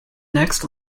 next